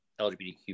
LGBTQ